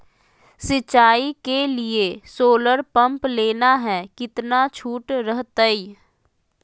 सिंचाई के लिए सोलर पंप लेना है कितना छुट रहतैय?